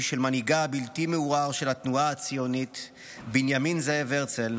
של מנהיגה הבלתי-מעורער של התנועה הציונית בנימין זאב הרצל,